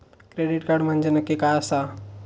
Credit card म्हंजे नक्की काय आसा?